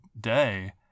day